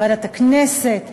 ועדת הכנסת,